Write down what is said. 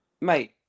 mate